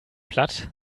platt